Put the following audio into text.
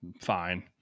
fine